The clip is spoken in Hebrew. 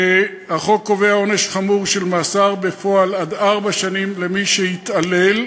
החוק קובע עונש חמור של מאסר בפועל עד ארבע שנים למי שהתעלל,